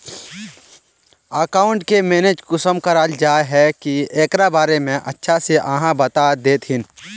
Account के manage कुंसम कराल जाय है की एकरा बारे में अच्छा से आहाँ बता देतहिन?